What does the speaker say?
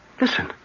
listen